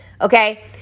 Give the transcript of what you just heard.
okay